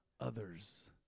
Others